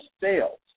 sales